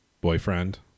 boyfriend